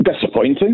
Disappointing